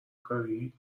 کاری